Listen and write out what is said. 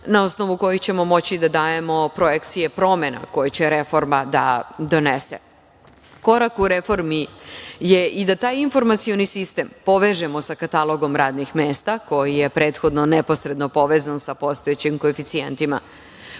na osnovu kojih ćemo moći da dajemo projekcije promena koje će reforma da donese. Korak u reformi je i da taj informacioni sistem povežemo sa katalogom radnih mesta koji je prethodno neposredno povezan sa postojećim koeficijentima.